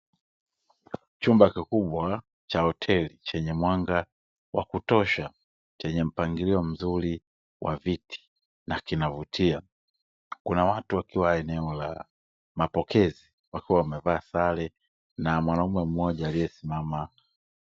Chumba kikubwa cha hoteli Chenye mwanga wakutosha Chenye mpangilio mzuri wa viti na kinavutia. Kuna watu wakiwa eneo la mapokezi wakiwa wamevaa sare na mwanaume mmoja aliyesimama.